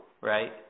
right